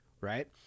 right